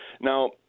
Now